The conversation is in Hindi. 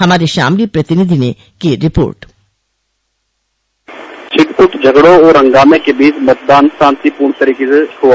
हमारे शामली प्रतिनिधि की एक रिपोर्ट छिटपुट झगड़ों और हंगामे के बीच मतदान शांतिपूर्ण तरीके से हुआ